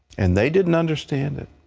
and they didn't understand it.